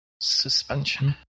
suspension